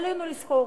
עלינו לזכור